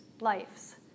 lives